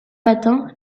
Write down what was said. matin